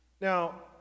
Now